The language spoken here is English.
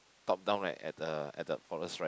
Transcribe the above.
top down like at the at the forest right